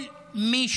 כל מי